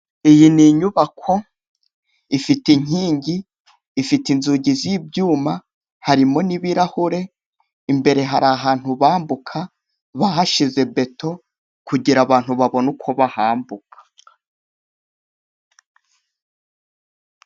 Iyi ni inyubako ifite inkingi ifite inzugi z'ibyuma harimo n'ibirahure imbere hari ahantu bambuka bahashyize beto kugira abantu babone uko bahambuka.